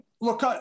Look